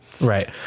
Right